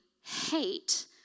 hate